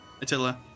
Attila